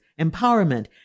empowerment